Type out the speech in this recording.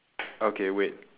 okay wait